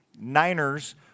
Niners